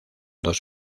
dos